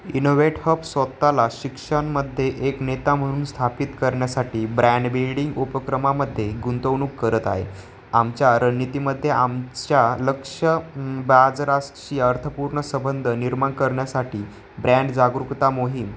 InnovateHub स्वतःला शिक्षणामध्ये एक नेता म्हणून स्थापित करण्यासाठी ब्रँड बील्डिंग उपक्रमांमध्ये गुंतवणूक करत आहे आमच्या रणनीतीमध्ये आमच्या लक्ष्य बाजारासशी अर्थपूर्ण संबंध निर्माण करण्यासाठी ब्रँड जागरूकता मोहीम